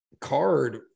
card